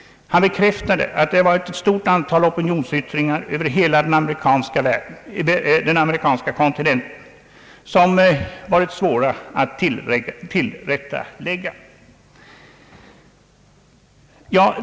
Han bekräftade att det förekommit ett stort antal opinionsyttringar över hela den amerikanska kontinenten, som det varit svårt att tillrättalägga.